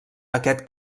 aquest